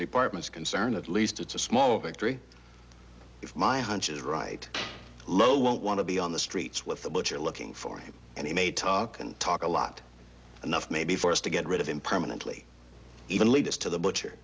department is concerned at least it's a small victory if my hunch is right lol won't want to be on the streets with the butcher looking for him and he may talk and talk a lot enough maybe for us to get rid of him permanently even lead us to the butcher